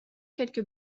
quelques